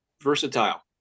versatile